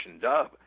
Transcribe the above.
dub